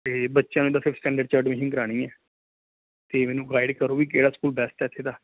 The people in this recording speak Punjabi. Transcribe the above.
ਤਾਂ ਬੱਚਿਆਂ ਨੂੰ ਇੱਧਰ ਫਿਫਥ ਸਟੈਂਡਰਡ 'ਚ ਐਡਮਿਸ਼ਨ ਕਰਾਉਣੀ ਹੈ ਅਤੇ ਮੈਨੂੰ ਗਾਈਡ ਕਰੋ ਵੀ ਕਿਹੜਾ ਸਕੂਲ ਬੈਸਟ ਹੈ ਇੱਥੇ ਦਾ